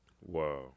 wow